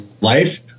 life